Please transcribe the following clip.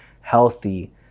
healthy